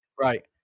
Right